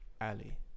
ali